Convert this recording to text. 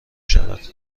شود